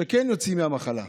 שכן יוצאים מהמחלה.